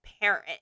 parent